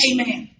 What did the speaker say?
Amen